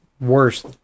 worse